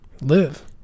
Live